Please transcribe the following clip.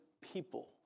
people